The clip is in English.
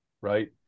right